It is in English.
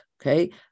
okay